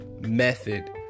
method